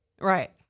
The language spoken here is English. Right